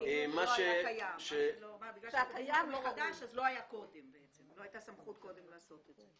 שקודם לא הייתה סמכות לעשות את זה.